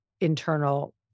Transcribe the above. internal